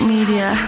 Media